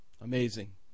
Amazing